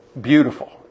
beautiful